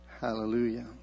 Hallelujah